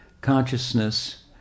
consciousness